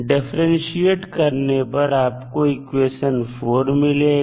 differentiate करने पर आपको इक्वेशन 4 मिलेगा